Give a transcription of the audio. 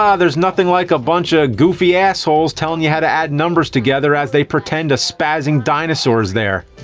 ah there's nothing like a bunch of goofy assholes telling you how to add numbers together as they pretend a spazzing dinosaur's there.